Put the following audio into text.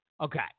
okay